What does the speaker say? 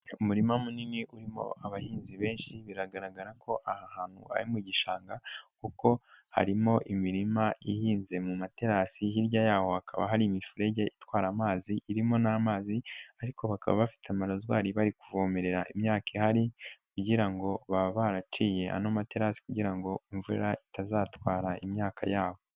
Umurima munini urimo abahinzi benshi, biragaragara ko ahantu hari mu gishanga kuko harimo imirima ihinze mu materasi, hirya yaho hakaba hari imifurege itwara amazi irimo n'amazi ariko bakaba bafite amarozwari bari kuvomerera imyaka ihari kugira ngo baba baraciye ano materasi kugira ngo imvura itazatwara imyaka yabo.